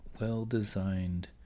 well-designed